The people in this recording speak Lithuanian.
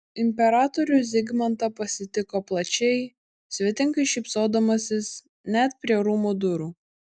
imperatorių zigmantą pasitiko plačiai svetingai šypsodamasis net prie rūmų durų